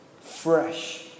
fresh